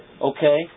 Okay